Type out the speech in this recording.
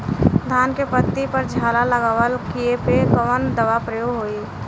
धान के पत्ती पर झाला लगववलन कियेपे कवन दवा प्रयोग होई?